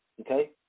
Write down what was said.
Okay